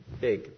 big